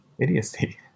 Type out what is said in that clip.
idiocy